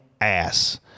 ass